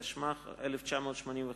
התשמ"ח 1985,